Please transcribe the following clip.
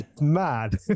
Mad